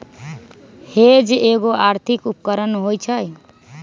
hedge एगो आर्थिक उपकरण होइ छइ